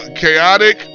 chaotic